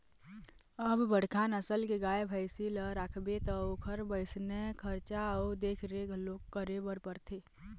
अब बड़का नसल के गाय, भइसी ल राखबे त ओखर वइसने खरचा अउ देखरेख घलोक करे ल परथे